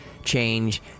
change